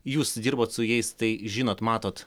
jūs dirbot su jais tai žinot matot